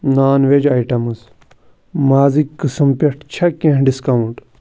نان وٮ۪ج آیٹمٕز مازٕکۍ قٕسم پٮ۪ٹھ چھےٚ کیٚنٛہہ ڈِسکاوُنٹ